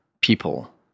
people